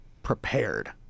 prepared